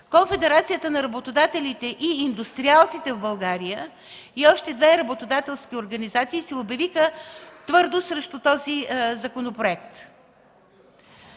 Конфедерацията на работодателите и индустриалците в България и още две работодателски организации се обявиха твърдо срещу този законопроект.